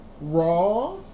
raw